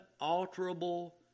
unalterable